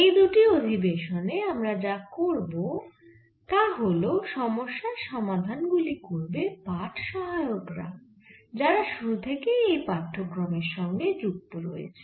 এই দুটি অধিবেশনে আমরা যা করব তা হল সমস্যার সমাধান গুলি করবে পাঠ সহায়করা যারা শুরু থেকেই এই পাঠ্যক্রমের সঙ্গে যুক্ত রয়েছে